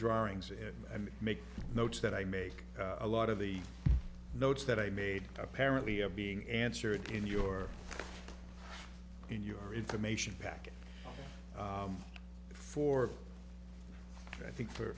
drawings and make notes that i make a lot of the notes that i made apparently of being answered in your in your information pack for i think for